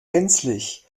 gänzlich